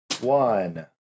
one